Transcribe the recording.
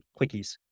quickies